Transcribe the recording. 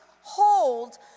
hold